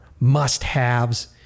must-haves